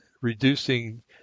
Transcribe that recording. reducing